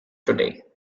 today